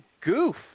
goof